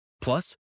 Plus